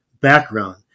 background